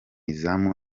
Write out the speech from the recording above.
izamu